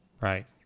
Right